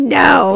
no